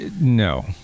No